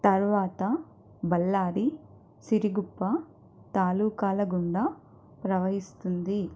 తర్వాత బళ్ళారి సిరుగుప్ప తాలూకాల గుండా ప్రవహిస్తుంది